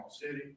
City